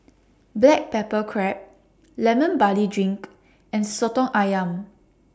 Black Pepper Crab Lemon Barley Drink and Soto Ayam